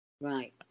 Right